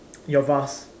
your vase